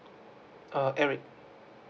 oh eric